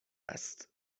است